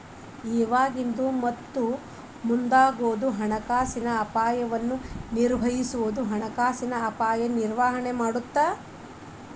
ಇವಾಗಿಂದು ಮತ್ತ ಮುಂದಾಗೋ ಹಣಕಾಸಿನ ಅಪಾಯನ ನಿರ್ವಹಿಸೋದು ಹಣಕಾಸಿನ ಅಪಾಯ ನಿರ್ವಹಣೆ ಮಾಡತ್ತ